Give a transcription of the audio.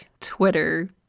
Twitter